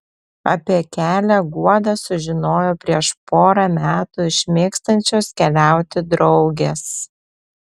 apie kelią guoda sužinojo prieš porą metų iš mėgstančios keliauti draugės